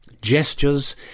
gestures